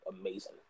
amazing